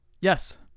Yes